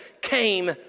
came